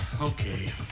Okay